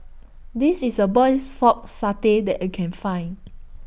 This IS A Best Pork Satay that I Can Find